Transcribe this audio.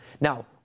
Now